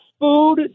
food